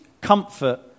comfort